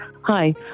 Hi